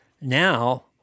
Now